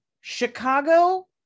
Chicago-